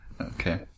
Okay